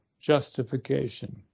justification